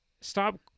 stop